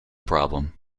problem